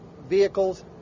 vehicles